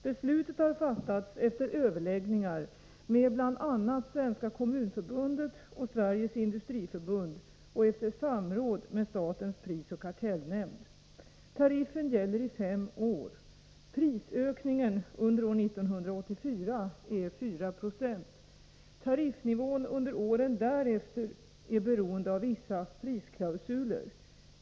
Beslutet har fattats efter överläggningar med bl.a. Svenska kommunförbundet och Sveriges Industriförbund och efter samråd med statens prisoch kartellnämnd. Tariffen gäller i fem år. Prisökningen under år 1984 är 4 90. Tariffnivån under åren därefter är beroende av vissa prisklausuler.